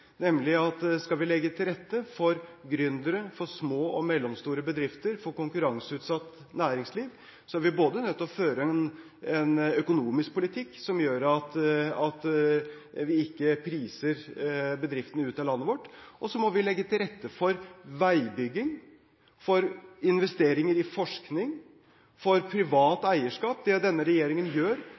nemlig at skal vi legge til rette for gründere, for små og mellomstore bedrifter, for konkurranseutsatt næringsliv, er vi nødt til både å føre en økonomisk politikk som gjør at vi ikke priser bedriftene ut av landet vårt, og legge til rette for veibygging, for investeringer i forskning og for privat eierskap. Det denne regjeringen gjør,